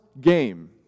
game